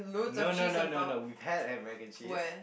no no no no no we'd had a mac and cheese